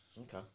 Okay